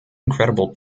incredible